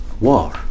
war